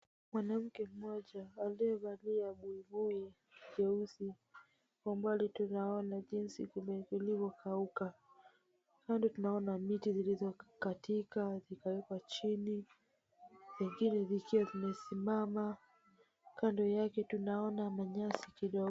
Mwanamke mmoja aliyevalia buibui nyeusi. Kwa umbali tunaona jinsi kulivyokauka. Kando tunaonamiti zilizokatika zikawekwa chini zingine zikiwa zimesimama. Kando yake tunaona manyasi kidogo.